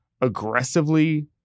aggressively